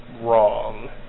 wrong